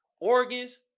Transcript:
Organs